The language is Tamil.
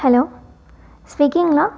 ஹலோ ஸ்விக்கிங்களா